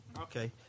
Okay